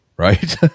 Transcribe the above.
right